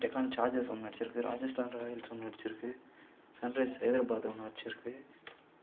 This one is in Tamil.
டெக்கான் ஜார்ஜஸ் ஒன்று அடிச்சுருக்கு ராஜஸ்தான் ராயல்ஸ் ஒன்னு அடிச்சுருக்கு சன் ரைஸ் ஹைதராபாத் ஒன்று அடிச்சுருக்கு